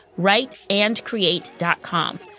writeandcreate.com